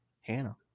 Hannah